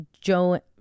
Joe